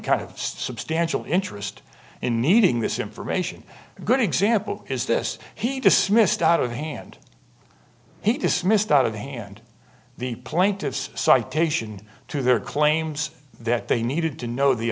kind of substantial interest in meeting this information a good example is this he dismissed out of hand he dismissed out of hand the plaintiffs citation to their claims that they needed to know the